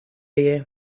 you